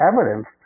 evidenced